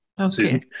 Okay